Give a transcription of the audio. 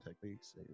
techniques